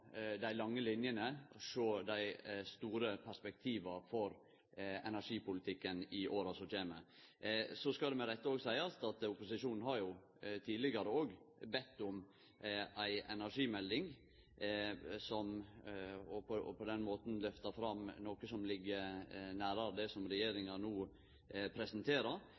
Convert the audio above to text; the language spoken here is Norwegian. dei lange linjene og sjå dei store perspektiva for energipolitikken i åra som kjem. Så skal det med rette seiast at opposisjonen òg tidlegare har bedt om ei energimelding, og på den måten lyfta fram noko som ligg nærare det som regjeringa no presenterer.